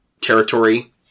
territory